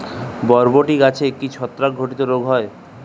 বরবটি গাছে কি ছত্রাক ঘটিত রোগ হয়?